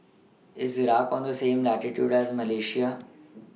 IS Iraq on The same latitude as Malaysia